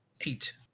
Eight